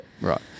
Right